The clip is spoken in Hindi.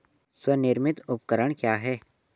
स्वनिर्मित उपकरण क्या है?